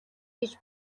гэж